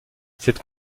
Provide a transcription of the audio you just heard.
cette